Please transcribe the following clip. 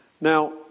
Now